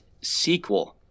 sequel